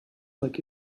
like